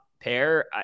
pair